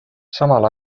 samal